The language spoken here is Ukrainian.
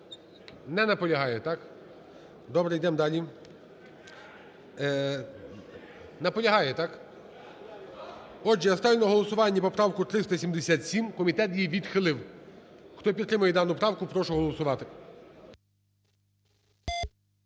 Не наполягає, так? Добре, йдемо далі… Наполягає, так? Отже, я ставлю на голосування поправку 377, комітет її відхилив. Хто підтримує дану правку, прошу голосувати.